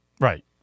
Right